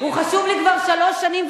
הוא חשוב לי כבר שלוש שנים,